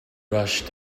rush